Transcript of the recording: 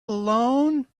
alone